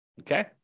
Okay